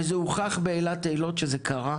וזה הוכח שזה קרה,